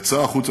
יצא החוצה,